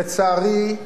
לצערי,